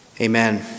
Amen